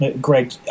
Greg